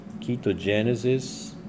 ketogenesis